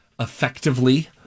effectively